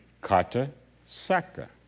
Kata-saka